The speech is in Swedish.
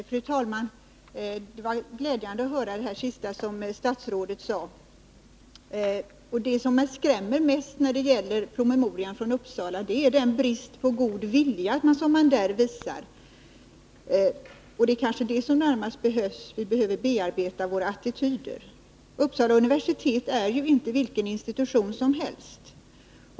Fru talman! Det var glädjande att höra det sista som statsrådet sade. Det som skrämmer mest i promemorian från Uppsala är den brist på god vilja som man där visar. Det som vi närmast behöver bearbeta är kanske attityderna till jämställdhet. Uppsala universitet är ju inte vilken institution som helst.